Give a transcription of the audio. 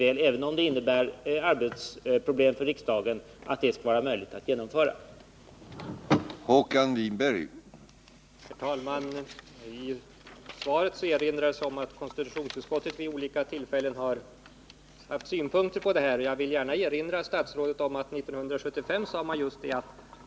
Även om det innebär arbetsproblem för riksdagen, tror jag att det skall vara möjligt att genomföra det.